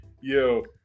Yo